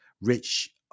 rich